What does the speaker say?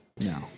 no